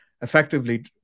effectively